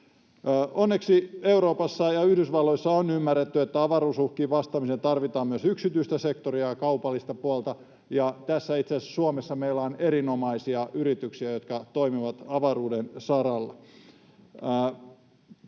Onneksi Euroopassa ja Yhdysvalloissa on ymmärretty, että avaruusuhkiin vastaamiseen tarvitaan myös yksityistä sektoria ja kaupallista puolta. Tässä itse asiassa Suomessa meillä on erinomaisia yrityksiä, jotka toimivat avaruuden saralla.